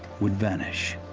would vanish.